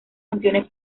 funciones